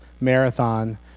marathon